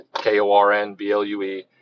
K-O-R-N-B-L-U-E